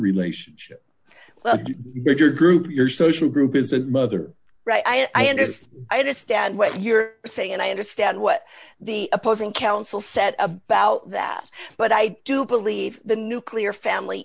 relationship well if your group your social group is a mother right i understand i understand what you're saying and i understand what the opposing counsel said about that but i do believe the nuclear family